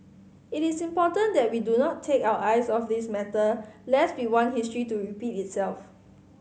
it is important that we do not take our eyes off this matter lest we want history to repeat itself